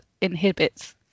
inhibits